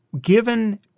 given